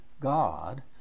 God